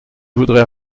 voudrais